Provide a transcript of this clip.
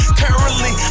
currently